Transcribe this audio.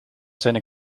zinnen